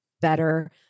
better